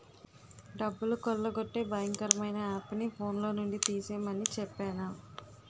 డబ్బులు కొల్లగొట్టే భయంకరమైన యాపుని ఫోన్లో నుండి తీసిమని చెప్పేనా